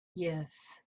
yes